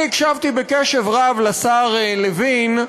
אני הקשבתי בקשב רב לשר לוין,